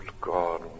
God